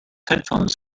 headphones